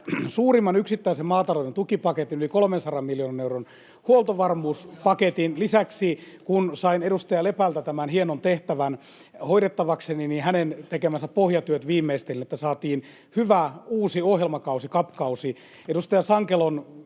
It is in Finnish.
suurimman yksittäisen maatalouden tukipaketin, yli 300 miljoonan euron huoltovarmuuspaketin. [Oikealta: Almuja!] Lisäksi, kun sain edustaja Lepältä tämän hienon tehtävän hoidettavakseni, sain hänen tekemänsä pohjatyöt viimeistellä, että saatiin hyvä uusi ohjelmakausi, CAP-kausi. Edustaja Sankelon